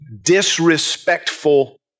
disrespectful